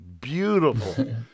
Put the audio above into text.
beautiful